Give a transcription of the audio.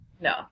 No